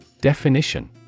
Definition